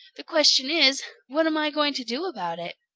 the question is, what am i going to do about it?